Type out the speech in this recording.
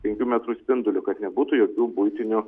penkių metrų spinduliu kad nebūtų jokių buitinių